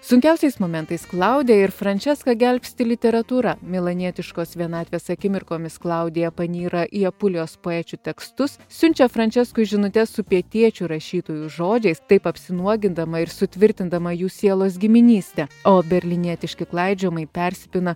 sunkiausiais momentais klaudiją ir franceską gelbsti literatūra milanietiškos vienatvės akimirkomis klaudija panyra į apulijos poečių tekstus siunčia franceskui žinutes su pietiečių rašytojų žodžiais taip apsinuogindama ir sutvirtindama jų sielos giminystę o berlynietiški klaidžiojimai persipina